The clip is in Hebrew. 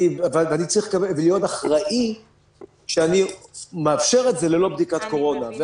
ואני צריך להיות אחראי כשאני מאפשר את זה ללא בדיקת קורונה.